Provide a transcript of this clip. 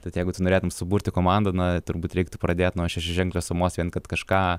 tad jeigu tu norėtum suburti komandą na turbūt reiktų pradėt nuo šešiaženklės sumos kad kažką